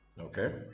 Okay